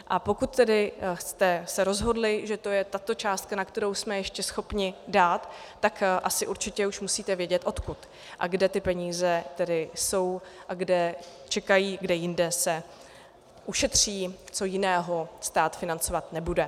A pokud jste se tedy rozhodli, že to je tato částka, na kterou jsme ještě schopni dát, tak asi určitě už musíte vědět, odkud a kde ty peníze jsou a kde čekají, kde jinde se ušetří, co jiného stát financovat nebude.